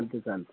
ठीक आहे चालते